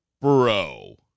Bro